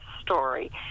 story